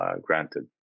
granted